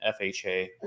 FHA